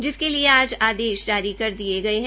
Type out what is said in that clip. जिसके लिए आज आदेश जारी कर दिए गए है